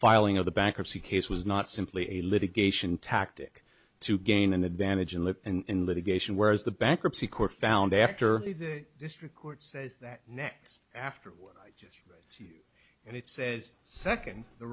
the bankruptcy case was not simply a litigation tactic to gain an advantage in lip and litigation whereas the bankruptcy court found after the district court says that next after and it says second the